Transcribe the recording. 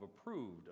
approved